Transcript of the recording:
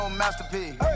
masterpiece